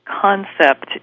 concept